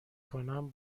کنم